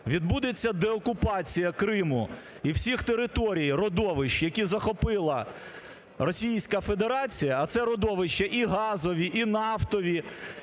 відбудеться деокупація Криму і всіх територій, родовищ, які захопила Російська Федерація (а це родовища і газові, і нафтові,